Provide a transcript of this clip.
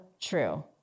true